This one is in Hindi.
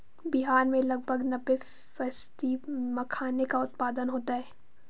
बिहार में लगभग नब्बे फ़ीसदी मखाने का उत्पादन होता है